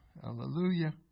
Hallelujah